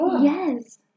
yes